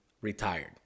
retired